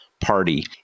party